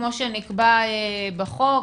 כמו שנקבע בחוק?